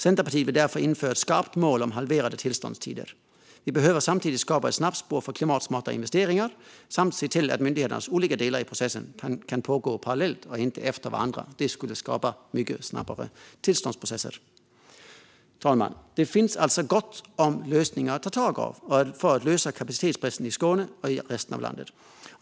Centerpartiet vill därför införa ett skarpt mål om halverade tillståndstider. Vi behöver samtidigt skapa ett snabbspår för klimatsmarta investeringar samt se till att myndigheternas olika delar i processen kan pågå parallellt och inte efter varandra. Det skulle skapa mycket snabbare tillståndsprocesser. Fru talman! Det finns alltså gott om lösningar att ta av för att lösa kapacitetsbristen i Skåne och resten av landet.